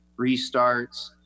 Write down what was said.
restarts